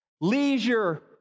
Leisure